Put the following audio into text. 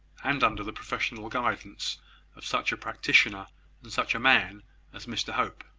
and under the professional guidance of such a practitioner and such a man as mr hope.